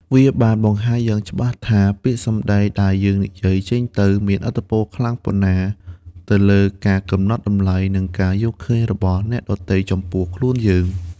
វាបានបង្ហាញយ៉ាងច្បាស់ថា ពាក្យសម្ដីដែលយើងនិយាយចេញទៅ មានឥទ្ធិពលខ្លាំងប៉ុណ្ណាទៅលើការកំណត់តម្លៃ និងការយល់ឃើញរបស់អ្នកដទៃចំពោះខ្លួនយើង។